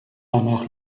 danach